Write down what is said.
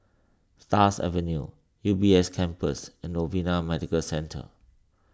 Stars Avenue U B S Campus and Novena Medical Centre